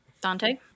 Dante